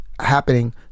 happening